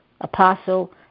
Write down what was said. Apostle